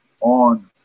on